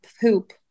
poop